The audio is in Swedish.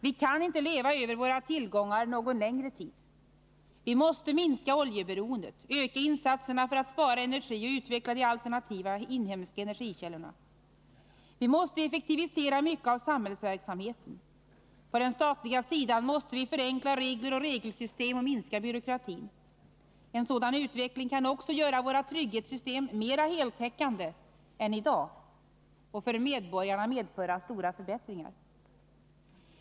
Vi kan inte leva över våra tillgångar någon längre tid. Vi måste minska oljeberoendet, öka insatserna för att spara energi och utveckla de alternativa inhemska energikällorna. Vi måste effektivisera mycket av samhällsverksamheten. På den statliga sidan måste vi förenkla regler och regelsystem och minska byråkratin. En sådan utveckling kan också göra våra trygghetssystem mera heltäckande än i dag och för medborgarna medföra stora förbättringar.